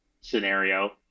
scenario